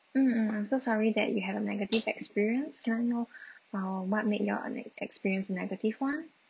mm mm I'm so sorry that you had a negative experience can I know uh what made your a ne~ experience a negative one